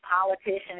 politicians